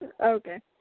Okay